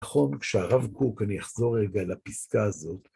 נכון, כשהרב קוק, אני אחזור רגע לפסקה הזאת.